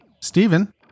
Stephen